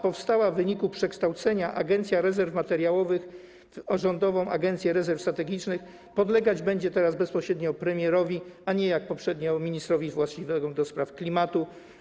Powstała w wyniku przekształcenia Agencji Rezerw Materiałowych Rządowa Agencja Rezerw Strategicznych podlegać będzie teraz bezpośrednio premierowi, a nie, jak poprzednio, ministrowi właściwemu do spraw klimatu.